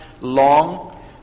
long